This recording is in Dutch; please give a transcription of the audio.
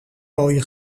mooie